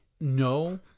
No